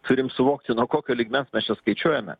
turim suvokti nuo kokio lygmens mes čia skaičiuojame